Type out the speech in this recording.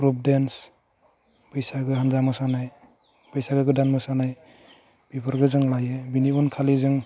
group dance बैसागो हान्जा मोसानाय बैसागो गोदान मोसानाय बेफोरखौ जों लायो बिनि उन खालि जों